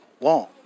long